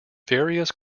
various